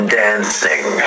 dancing